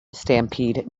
stampede